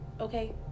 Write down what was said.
okay